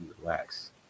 Relax